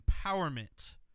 empowerment